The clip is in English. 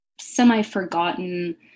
semi-forgotten